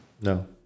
No